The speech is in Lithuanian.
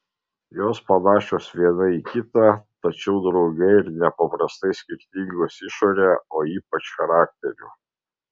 jos panašios viena į kitą tačiau drauge ir nepaprastai skirtingos išore o ypač charakteriu